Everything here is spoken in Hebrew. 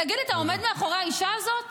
תגיד לי, אתה עומד מאחורי האישה הזאת?